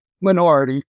minority